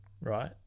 right